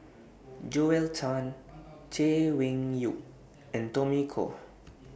Joel Tan Chay Weng Yew and Tommy Koh